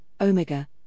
Omega